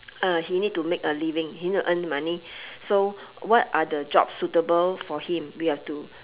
uh he need to make a living he need to earn money so what are the jobs suitable for him we have to